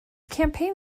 campaign